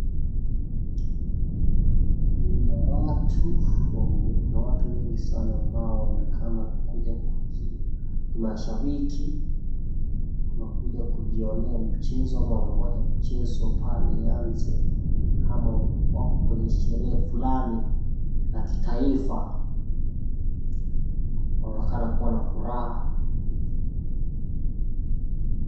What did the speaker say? Kuna watu, kuna watu wengi sana ambao wanaonekana kuja mashabiki, wamekuja kujionee mchezo ama wanangoja mchezo pale uanze ama wako kwenye sherehe fulani la kitaifa. Wanaonekana kuwa na furaha.